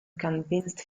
convinced